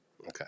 Okay